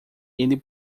ele